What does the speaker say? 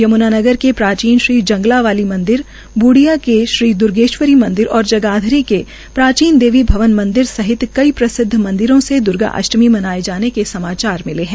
यम्नानगर के प्राचीन श्री जंगलावाली मंदिर बूडिया के श्री द्र्गेश्वरी मंदिर और जगाधरी के प्राचीन देवी भवन मंदिर सहित कई प्रसिद्व मंदिरों से द्र्गाअष्टमी मनाए जाने के समाचार मिले है